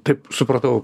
taip supratau